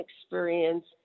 experience